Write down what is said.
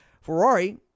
Ferrari